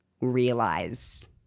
realize